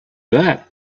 that